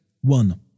one